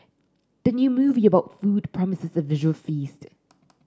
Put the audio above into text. the new movie about food promises a visual feast